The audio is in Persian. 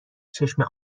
چشمه